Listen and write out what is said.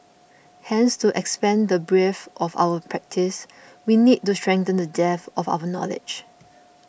hence to expand the breadth of our practice we need to strengthen the depth of our knowledge